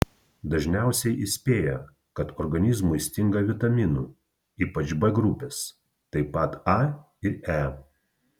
dažniausiai įspėja kad organizmui stinga vitaminų ypač b grupės taip pat a ir e